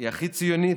היא הכי ציונית,